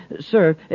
Sir